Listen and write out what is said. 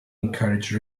encouraged